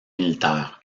militaire